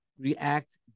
react